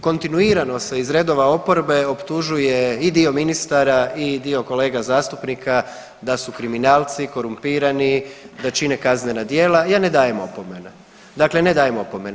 Kontinuirano se iz redova oporbe optužuje i dio ministara i dio kolega zastupnika da su kriminalci, korumpirani, da čine kaznena djela, ja ne dajem opomene, dakle ne dajem opomene.